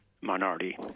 minority